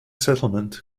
settlement